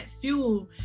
fuel